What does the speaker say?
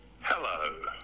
Hello